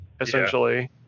essentially